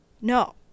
No